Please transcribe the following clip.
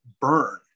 burn